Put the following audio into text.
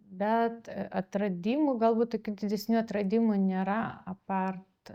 bet atradimų galbūt tokių didesnių atradimų nėra apart